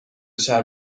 شهر